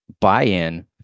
buy-in